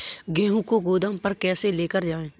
गेहूँ को गोदाम पर कैसे लेकर जाएँ?